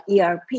ERP